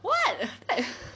what the heck